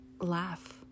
laugh